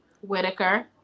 Whitaker